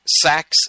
Sex